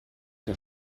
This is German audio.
der